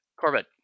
Corbett